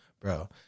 bro